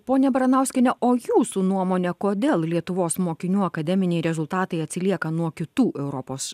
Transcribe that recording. ponia baranauskiene o jūsų nuomone kodėl lietuvos mokinių akademiniai rezultatai atsilieka nuo kitų europos